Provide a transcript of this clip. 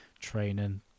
training